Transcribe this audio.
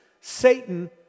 Satan